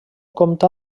compta